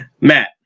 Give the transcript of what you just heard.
Matt